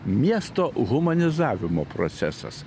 miesto humanizavimo procesas